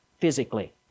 physically